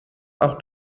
auch